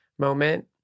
moment